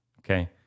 Okay